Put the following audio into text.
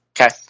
Okay